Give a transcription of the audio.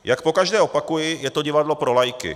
Jak pokaždé opakuji, je to divadlo pro laiky.